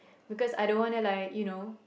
because I don't wanna like you know